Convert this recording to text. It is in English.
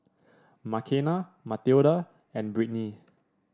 Makena Mathilda and Britni